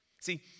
See